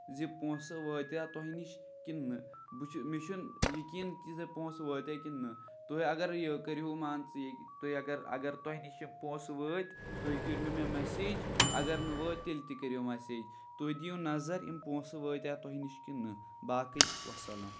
زِ پوٚنسہٕ وٲتے تۄہہِ نِش کِنہٕ نہ بہٕ چھُس نہٕ مےٚ چھُ نہٕ یقیٖن کہِ پوٚنسہٕ وٲتے کِنہٕ نہ تُہۍ اَگر یہِ کٔرو مان ژٕ تُہۍ اَگر اگر تۄہہِ نِش یِم پونسہٕ وٲتۍ تُہۍ کٔرہِو مےٚ میسیج اَگر نہٕ وٲتۍ تیلہِ تہِ کٔریٚو میسیج تُہۍ دِیو نَظر یِم پونسہٕ وٲتے تۄہہِ نِش کِنہٕ نہ باقٕے وَسلام